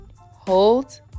hold